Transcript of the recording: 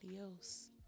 else